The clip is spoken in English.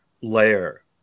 layer